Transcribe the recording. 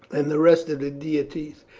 and the rest of the deities,